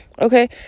Okay